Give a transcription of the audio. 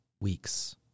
weeks